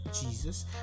Jesus